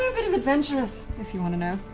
ah bit of adventurers, if you want to know.